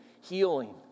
healing